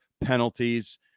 penalties